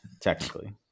technically